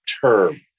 term